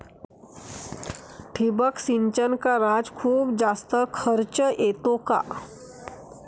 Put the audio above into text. ठिबक सिंचन कराच खूप जास्त खर्च येतो का?